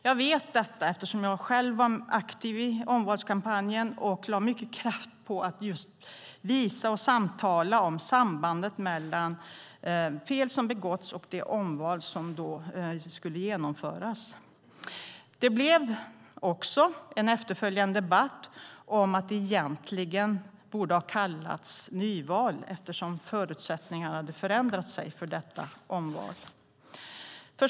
Jag vet detta eftersom jag själv var aktiv i omvalskampanjen och lade mycket kraft på att just samtala om sambandet mellan de fel som begåtts och det omval som skulle genomföras. Det blev också en efterföljande debatt om att det egentligen borde ha kallats nyval, eftersom förutsättningarna hade förändrats för detta omval.